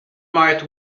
might